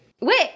Wait